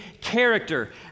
character